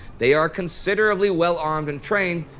they are considerably well-armed and trained,